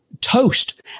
toast